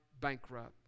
bankrupt